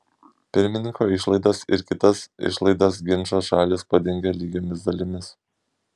pirmininko išlaidas ir kitas išlaidas ginčo šalys padengia lygiomis dalimis